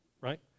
right